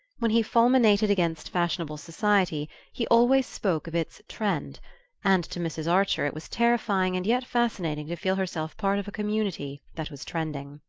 when he fulminated against fashionable society he always spoke of its trend and to mrs. archer it was terrifying and yet fascinating to feel herself part of a community that was trending.